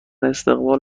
استقبال